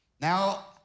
Now